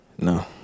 No